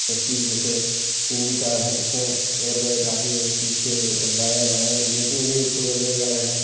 safety में जैसे C N G car है तो उसमें एयरबैग आगे और पीछे और दाएँ बाएँ गेट में भी अब तो एयरबैग आ रहे हैं